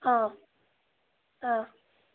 অঁ অঁ